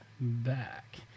Back